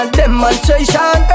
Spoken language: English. demonstration